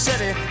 City